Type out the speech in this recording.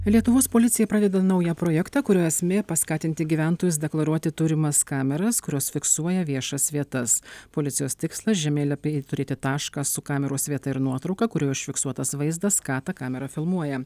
lietuvos policija pradeda naują projektą kurio esmė paskatinti gyventojus deklaruoti turimas kameras kurios fiksuoja viešas vietas policijos tikslas žemėlapiai turėti tašką su kameros vieta ir nuotrauka kurioje užfiksuotas vaizdas ką ta kamera filmuoja